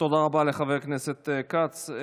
תודה רבה לחבר הכנסת כץ.